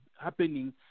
happening